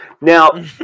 Now